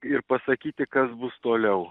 ir pasakyti kas bus toliau